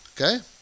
Okay